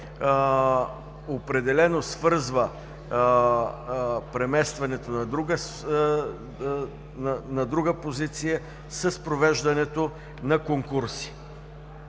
определено свързва преместването на друга позиция с провеждането на конкурси.